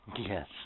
Yes